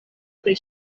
pri